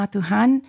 Tuhan